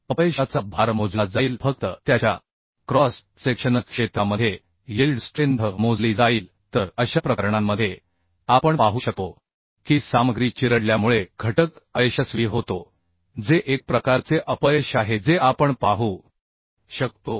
फेल्युअरचा भार मोजला जाईल फक्त त्याच्या क्रॉस सेक्शनल क्षेत्रामध्ये यिल्ड स्ट्रेंथ मोजली जाईल तर अशा प्रकरणांमध्ये आपण पाहू शकतो की सामग्री चिरडल्यामुळे घटक अयशस्वी होतो जे एक प्रकारचे अपयश आहे जे आपण पाहू शकतो